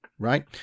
right